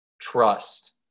trust